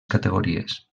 categories